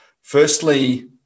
Firstly